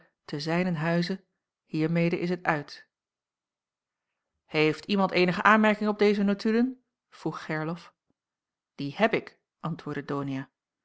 te zijnen huize hiermede is het uit heeft iemand eenige aanmerking op deze notulen vroeg gerlof die heb ik antwoordde donia